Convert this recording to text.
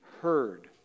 heard